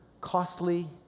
Costly